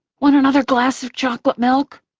want another glass of chocolate milk?